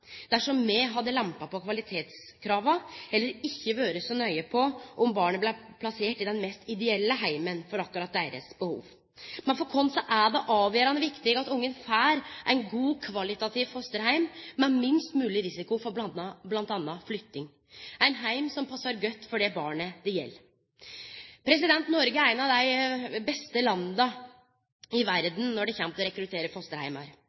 dersom me hadde lempa på kvalitetskrava eller ikkje vore så nøye på om barna blei plasserte i den mest ideelle heimen for akkurat deira behov. Men for oss er det avgjerande viktig at ungen får ein god kvalitativ fosterheim med minst mogleg risiko for m.a. flytting – ein heim som passar godt for det barnet det gjeld. Noreg er eit av dei beste landa i verda når det kjem til å rekruttere fosterheimar.